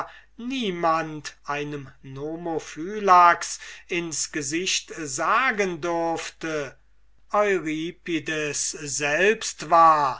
niemand einem nomophylax ins gesicht sagen durfte euripides selbst war